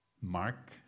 Mark